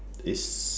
is